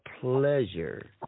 pleasure